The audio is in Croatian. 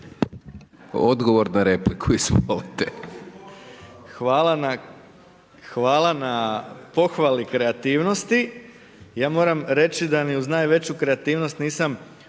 Odgovor na repliku, izvolite. **Bauk, Arsen (SDP)** Hvala na pohvali kreativnosti. Ja moram reći da ni uz najveću kreativnost nisam